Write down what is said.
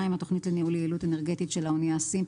התוכנית לניהול יעילות אנרגטית של האנייה (SEEMP),